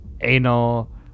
anal